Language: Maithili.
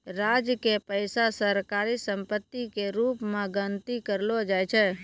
राज्य के पैसा सरकारी सम्पत्ति के रूप मे गनती करलो जाय छै